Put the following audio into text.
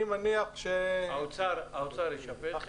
האוצר ישפה אתכם?